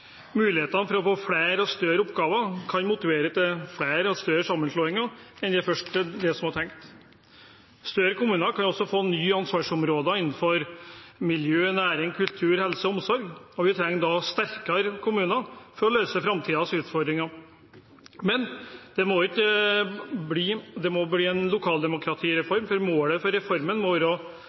Mulighetene for å få flere og større oppgaver kan motivere til flere og større sammenslåinger enn det som først var tenkt. Større kommuner kan også få nye ansvarsområder innenfor miljø, næring, kultur, helse og omsorg, og vi trenger da sterkere kommuner for å løse framtidens utfordringer. Men det må bli en lokaldemokratireform, for målet for reformen må